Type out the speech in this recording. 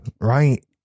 right